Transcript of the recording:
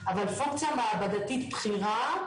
אבל פונקציה מעבדתית בכירה,